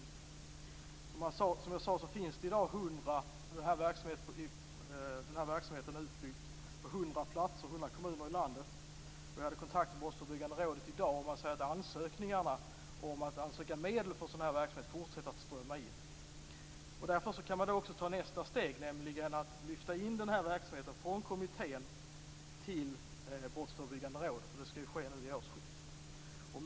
Som jag sade finns den här verksamheten i dag utbyggd i 100 kommuner i landet. Jag hade kontakt med Brottsförebyggande rådet i dag, och man säger att ansökningarna om medel för de här verksamheterna fortsätter att strömma in. Därför kan man nu också ta nästa steg, nämligen att lyfta in den här verksamheten från kommittén till Brottsförebyggande rådet. Det skall ju ske nu vid årsskiftet.